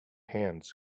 hands